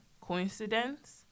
coincidence